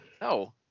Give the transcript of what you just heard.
No